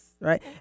Right